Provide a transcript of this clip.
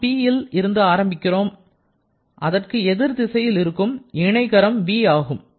நாம் Pல் இருந்து ஆரம்பிக்கிறோம் அதற்கு எதிர் திசையில் இருக்கும் இணைகரம் v ஆகும்